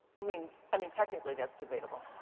i mean i mean, technically, that's debatable.